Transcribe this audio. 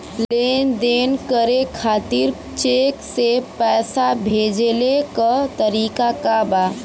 लेन देन करे खातिर चेंक से पैसा भेजेले क तरीकाका बा?